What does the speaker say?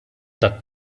tat